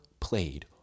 played